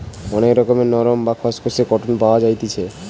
অনেক রকমের নরম, বা খসখসে কটন পাওয়া যাইতেছি